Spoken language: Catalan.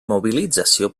mobilització